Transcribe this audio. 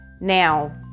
Now